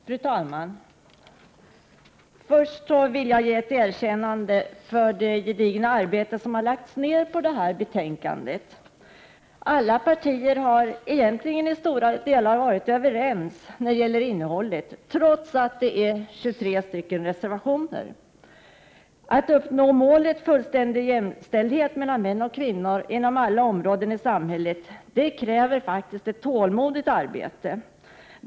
Fru talman! Jag vill börja med att ge ett erkännande för det gedigna arbete som lagts ned på detta betänkande. Alla partier har egentligen i stora delar varit överens när det gäller innehållet i betänkandet trots att det är 23 reservationer. Att uppnå målet fullständig jämställdhet mellan män och kvinnor inom alla områden i samhället kräver faktiskt ett tålmodigt arbete.